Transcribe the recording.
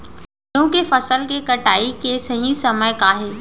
गेहूँ के फसल के कटाई के सही समय का हे?